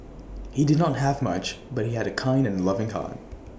he did not have much but he had A kind and loving heart